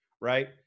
Right